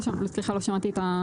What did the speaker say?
סליחה, לא שמעתי.